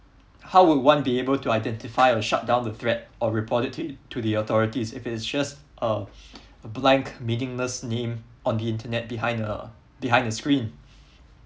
how will one be able to identify or shut down the threat or report it to the to the authorities if it just a blank meaningless name on the internet behind a behind a screen